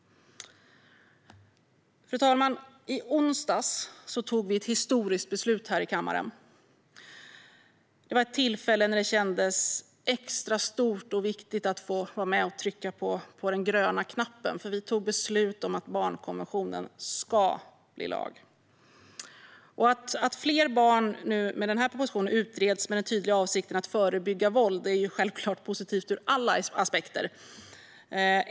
Fru talman! I onsdags tog vi ett historiskt beslut här i kammaren. Det var ett tillfälle när det kändes extra stort och viktigt att få vara med och trycka på den gröna knappen. Vi tog nämligen beslut om att barnkonventionen ska bli lag. Att fler barn med denna proposition utreds med den tydliga avsikten att förebygga våld är självklart positivt ur alla aspekter.